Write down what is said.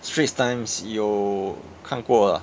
straits times 有看过 lah